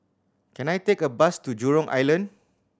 can I take a bus to Jurong Island